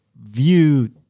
view